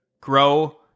grow